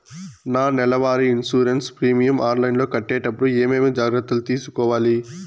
నా నెల వారి ఇన్సూరెన్సు ప్రీమియం ఆన్లైన్లో కట్టేటప్పుడు ఏమేమి జాగ్రత్త లు తీసుకోవాలి?